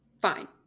fine